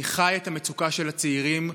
אני חי את המצוקה של הצעירים,